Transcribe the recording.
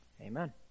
Amen